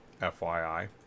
FYI